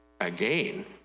again